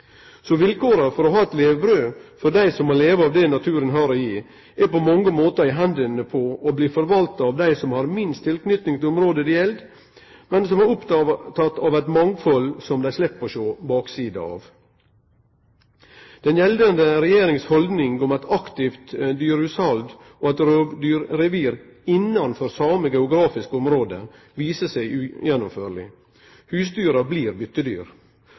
Så vilkåra for å ha eit levebrød for dei som må leve av det naturen har å gi, blir på mange måtar forvalta av dei som har minst tilknyting til området det gjeld, men som er opptekne av eit mangfald som dei slepp å sjå baksida av. Regjeringas gjeldande haldning, eit aktivt dyrehushald og eit rovdyrrevir innanfor same geografiske område, viser seg ugjennomførbart. Husdyra blir